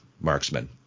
marksmen